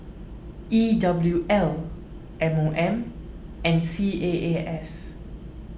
E W L M O M and C A A S